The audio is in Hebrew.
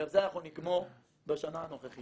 גם זה אנחנו נגמור בשנה הנוכחית.